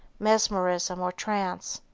mesmerism or trance.